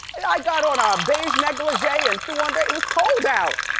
i got on ah a beige negligee and threw on, it was cold out.